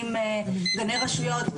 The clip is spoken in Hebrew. גני רשויות,